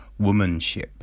womanship